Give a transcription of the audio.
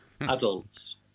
Adults